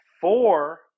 four